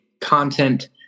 content